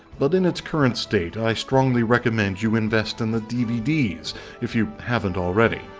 but in it's current state, i strongly recommend you invest in the dvds if you haven't already.